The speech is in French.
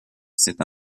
c’est